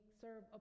serve